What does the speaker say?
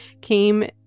came